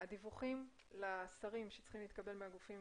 הדיווח לשרים שצריך להתקבל מהגופים